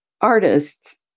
artists